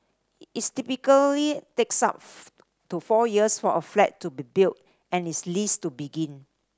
its typically takes up to four years for a flat to be built and its lease to begin